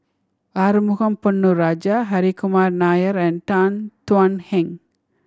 Arumugam Ponnu Rajah Hri Kumar Nair and Tan Thuan Heng